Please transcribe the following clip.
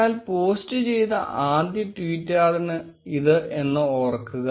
നിങ്ങൾ പോസ്റ്റ് ചെയ്ത ആദ്യ ട്വീറ്റാണിതെന്ന് ഓർക്കുക